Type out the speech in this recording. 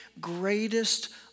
greatest